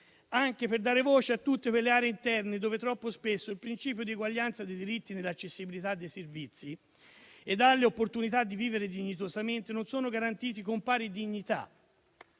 anche per dare voce a tutte quelle aree interne dove troppo spesso il principio di eguaglianza dei diritti nell'accessibilità dei servizi ed alle opportunità di vivere dignitosamente non è garantito con pari dignità.